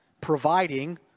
providing